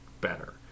better